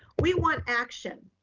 we want action.